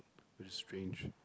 which is strange